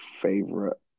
favorite